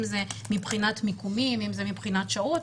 זה מבחינת מיקום ואם זה מבחינת שעות,